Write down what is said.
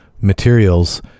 materials